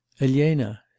elena